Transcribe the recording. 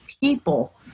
people